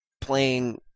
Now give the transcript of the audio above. playing